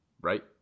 Right